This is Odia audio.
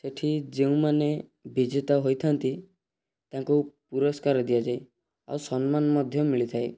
ସେଠି ଯେଉଁମାନେ ବିଜେତା ହୋଇଥାନ୍ତି ତାଙ୍କୁ ପୁରସ୍କାର ଦିଆଯାଏ ଆଉ ସମ୍ମାନ ମଧ୍ୟ ମିଳିଥାଏ